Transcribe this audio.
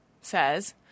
says